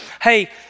hey